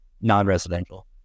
non-residential